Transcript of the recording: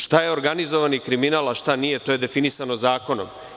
Šta je organizovani kriminal, a šta nije, to je definisano zakonom.